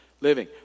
living